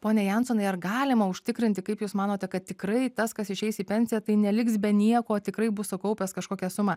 pone jansonai ar galima užtikrinti kaip jūs manote kad tikrai tas kas išeis į pensiją tai neliks be nieko tikrai bus sukaupęs kažkokią sumą